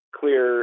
clear